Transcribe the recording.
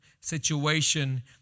situation